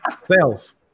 sales